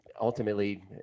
ultimately